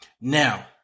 Now